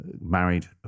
married